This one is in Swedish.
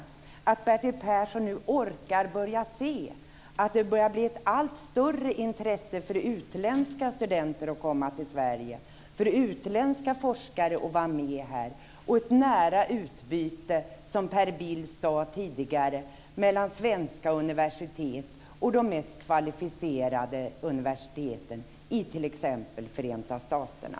Jag hoppas att Bertil Persson orkar se att det börjar bli ett allt större intresse för utländska studenter att komma till Sverige, för utländska forskare att vara med här, och ett nära utbyte, som Per Bill sade tidigare, mellan svenska universitet och de mest kvalificerade universiteten i t.ex. Förenta staterna.